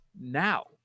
now